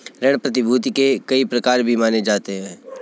ऋण प्रतिभूती के कई प्रकार भी माने जाते रहे हैं